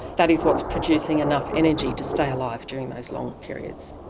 that is what's producing enough energy to stay alive during those long periods.